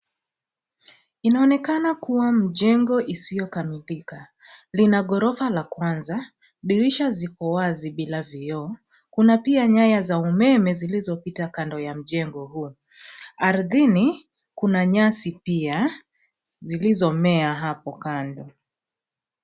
Inaonekana kuwa mjengo isiyokamilika. Lina ghorofa la kwanza, dirisha ziko wazi bila vioo. Kuna pia nyaya za umeme zilizopita kando ya mjengo huu. Ardhini kuna nyasi pia zilizomea hapo kando.